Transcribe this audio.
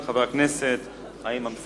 של חבר הכנסת חיים אמסלם.